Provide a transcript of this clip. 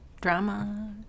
drama